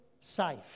safe